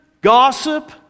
gossip